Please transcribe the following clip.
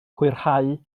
hwyrhau